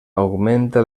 augmenta